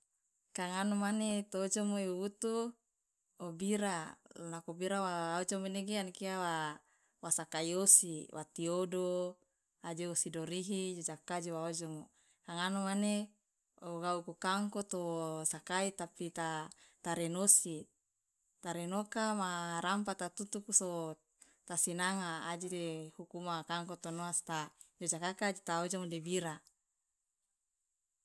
Kangano mane to ojomo iwuwutu obira lo nako bira waojomo nege an kia wasakai osi wa tiodo aje wosi dorihi jojakaka aje waojomo kangano mane ogauku kangko to sakai tapi ta renosi tarenoka ma rampa ta tutuku so ta sinanga aje huku ma kangko ta noa so ta jojakaka aje ta ojomo de bira.